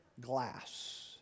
glass